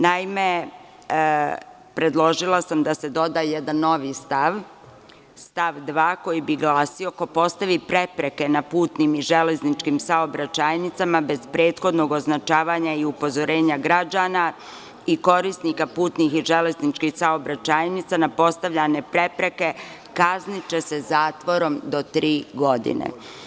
Naime, predložila sam da se doda jedan novi stav, stav 2. koji bi glasio: „Ako postavi prepreku na putnim i železničkim saobraćajnicama bez prethodnog označavanja i upozorenja građana i korisnika putnih i železničkih saobraćajnica na postavljanje prepreke, kazniće se zatvorom do tri godine.